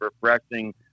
Refreshing